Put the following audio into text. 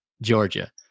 Georgia